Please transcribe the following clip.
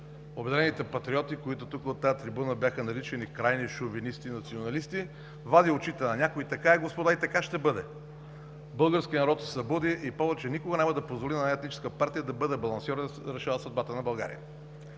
„Обединени патриоти“, които тук, от тази трибуна, бяха наричани „крайни шовинисти и националисти“, вади очите на някои. Така е, господа, така и ще бъде. Българският народ се събуди и повече никога няма да позволи на една етническа партия да бъде балансьор и да решава съдбата на България.